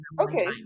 Okay